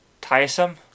tiresome